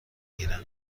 گیرم